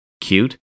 Cute